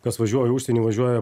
kas važiuoja į užsienį važiuoja